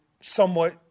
somewhat